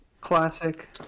Classic